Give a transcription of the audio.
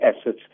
assets